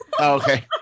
Okay